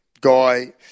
guy